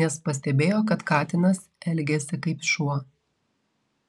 nes pastebėjo kad katinas elgiasi kaip šuo